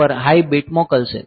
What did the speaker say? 3 પર high bit મોકલશે